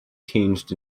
changed